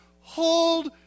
hold